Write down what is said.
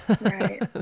Right